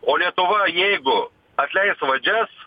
o lietuva jeigu atleis vadžias